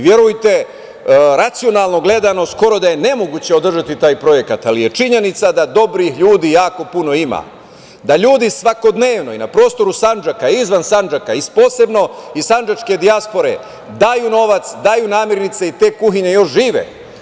Verujte, racionalno gledano, skoro da je nemoguće održati taj projekat, ali je činjenica da dobrih ljudi jako puno ima, da ljudi svakodnevno i na prostoru Sandžaka i izvan Sandžaka, i posebno iz sandžačke dijaspore, daju novac, daju namirnice i te kuhinje još žive.